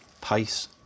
pace